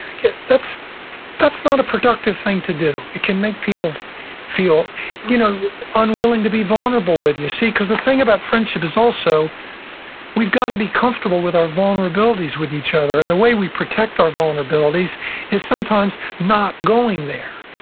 that's that's not a productive thing to do. it can make people feel you know unwilling to be vulnerable with you. see, because the thing about friendship is also we've got to be comfortable with our vulnerabilities with each other, and the way we protect our vulnerabilities is sometimes not going there.